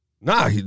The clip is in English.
Nah